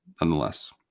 nonetheless